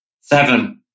seven